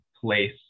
place